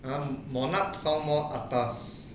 um monarch sound are more atas